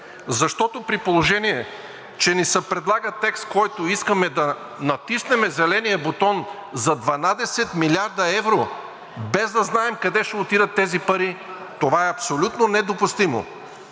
защото, при положение че ни се предлага текст, с който искаме да натиснем зеления бутон за 12 млрд. евро, без да знаем къде ще отидат тези пари, това е абсолютно недопустимо!